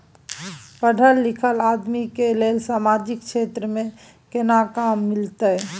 पढल लीखल आदमी के लेल सामाजिक क्षेत्र में केना काम मिलते?